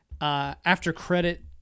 after-credit